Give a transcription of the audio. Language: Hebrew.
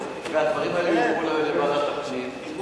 והדברים האלה יובאו לוועדת הפנים,